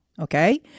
Okay